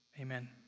amen